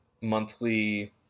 monthly